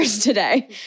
today